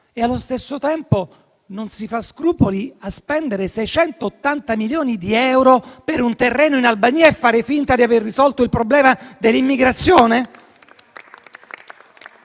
e, allo stesso tempo, non si fa scrupoli a spendere 680 milioni di euro per un terreno in Albania, facendo finta di aver risolto il problema dell'immigrazione.